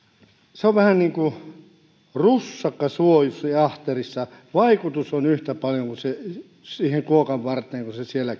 se on vähän niin kuin russakka suojussin ahterissa vaikutus on yhtä paljon kuin siihen kuokan varteen kun se siellä